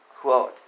quote